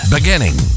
Beginning